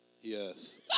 Yes